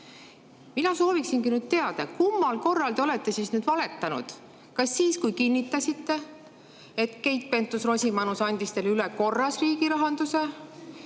Mina sooviksingi teada: kummal korral te olete valetanud, kas siis, kui kinnitasite, et Keit Pentus-Rosimannus andis teile üle korras riigirahanduse,